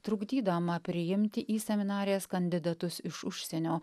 trukdydama priimti į seminarijas kandidatus iš užsienio